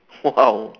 !wow!